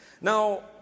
now